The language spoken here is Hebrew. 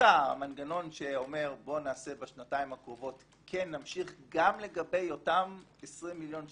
הוצע מנגנון שאומר: בשנתיים הקרובות גם לגבי אותם 20 מיליון שקל,